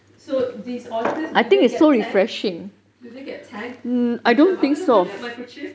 so these otters do they get tagged do they get tagged macam apa tu namanya microchipped